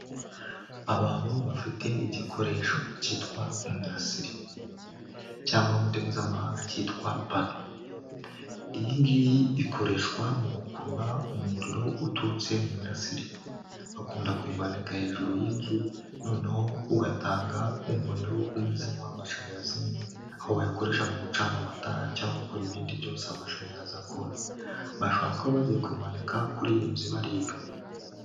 Abantu bafite igikoresho cyitwa umurasire, cyangwa mu ndimi z'amahanga cyitwa pano. Iyi ngiyi ikoreshwa mu gukurura umuriro uturutse mu mirasire, bakunda kumanika hejuru y'inzu, noneho ugatanga umuriro umeze nk'amashanyarazi, aho wayikoresha mu gucana amatara, cyangwa ukora ibindi byose amashanyarazi akora. Bashobora kuba bagiye kuyimanika kuri iyi nzu ibari inyuma.